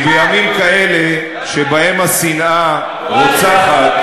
כי בימים כאלה, שבהם השנאה רוצחת